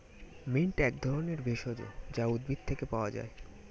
mint এক ধরনের ভেষজ যা উদ্ভিদ থেকে পাওয় যায়